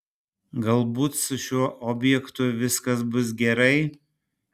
galbūt su šiuo objektu viskas bus gerai